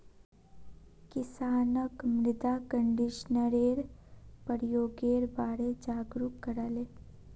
किसानक मृदा कंडीशनरेर प्रयोगेर बारे जागरूक कराले